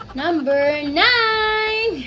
number nine?